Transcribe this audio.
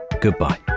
goodbye